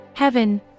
Heaven